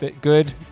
Good